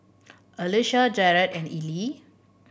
Elisha Jerad and Ellie